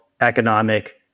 economic